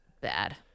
bad